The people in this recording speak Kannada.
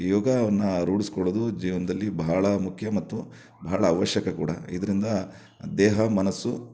ಯೋಗವನ್ನ ರೂಢಿಸ್ಕೊಳ್ಳೋದು ಜೀವನದಲ್ಲಿ ಬಹಳ ಮುಖ್ಯ ಮತ್ತು ಬಹಳ ಅವಶ್ಯಕ ಕೂಡ ಇದರಿಂದ ದೇಹ ಮನಸ್ಸು